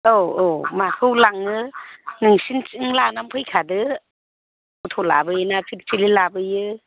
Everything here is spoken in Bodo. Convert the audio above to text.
औ औ माखौ लांनो नोंसिनिथिं लानानै फैखादो अट' लाबोयो ना पिलपिलि लाबोयो